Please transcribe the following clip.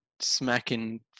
smacking